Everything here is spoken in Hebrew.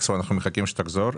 אנחנו מחכים שתחזור.